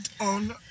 on